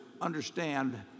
understand